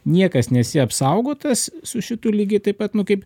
niekas nesi apsaugotas su šituo lygiai taip pat nu kaip